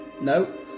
no